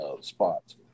spots